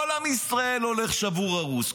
כל עם ישראל הולך שבור הרוס.